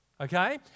okay